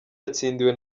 yatsindiwe